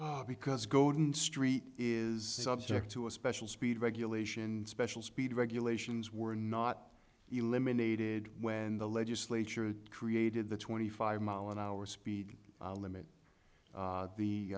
hour because golden street is subject to a special speed regulation special speed regulations were not eliminated when the legislature created the twenty five mile an hour speed limit